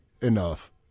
enough